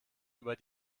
über